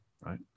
right